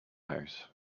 house